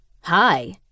Hi